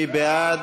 מי בעד?